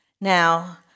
Now